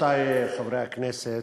רבותי חברי הכנסת,